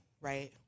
right